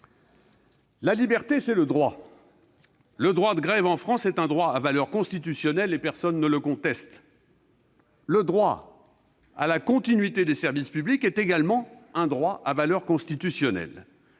La liberté, c'est le droit. Le droit de grève en France est un droit à valeur constitutionnelle, et personne ne le conteste. Le droit à la continuité des services publics est également un droit à valeur constitutionnelle.